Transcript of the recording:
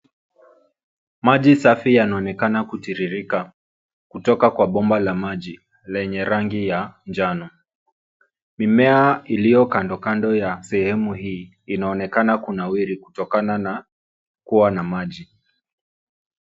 Maji safi yanaonekana kutiririka kutoka kwa bomba la maji lenye rangi ya njano. Mimea iliyo kando kando ya sehemu hii inaonekana kunawiri kutokana na kuwa na maji.